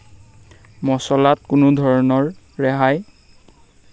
মচলাত কোনো ধৰণৰ ৰেহাই